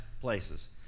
places